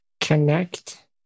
connect